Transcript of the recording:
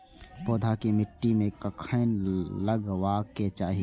पौधा के मिट्टी में कखेन लगबाके चाहि?